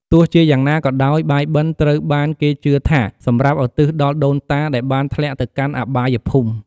ទោះជាយ៉ាងណាក៏ដោយ បាយបិណ្ឌត្រូវបានគេជឿថាសម្រាប់ឧទ្ទិសដល់ដូនតាដែលបានធ្លាក់ទៅកាន់អបាយភូមិ។